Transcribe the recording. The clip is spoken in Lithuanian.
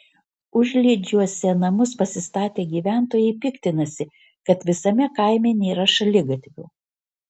užliedžiuose namus pasistatę gyventojai piktinasi kad visame kaime nėra šaligatvių